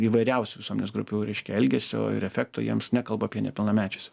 įvairiausių visuomenės grupių reiškia elgesio ir efekto jiems nekalbu apie nepilnamečius